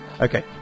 Okay